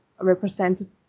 represented